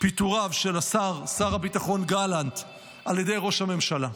פיטוריו של שר הביטחון גלנט על ידי ראש הממשלה.